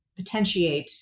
potentiate